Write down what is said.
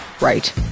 right